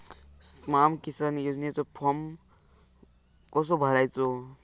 स्माम किसान योजनेचो फॉर्म कसो भरायचो?